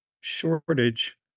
shortage